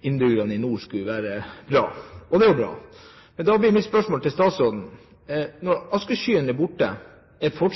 innbyggerne i nord skulle være bra. Og det var jo bra. Men da blir mitt spørsmål til statsråden: Når askeskyen nå er borte, er da